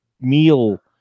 meal